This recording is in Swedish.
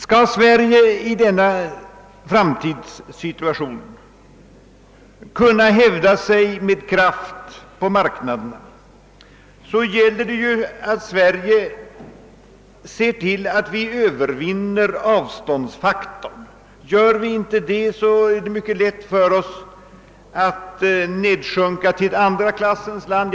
Skall Sverige i denna framtidssituation kunna hävda sig med kraft på marknaderna gäller det att se till att avståndsfaktorn övervinns, ty lyckas vi inte härvidlag är det mycket lätt att nedsjunka till en andra klassens nation.